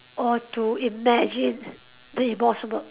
or to imagine the impossible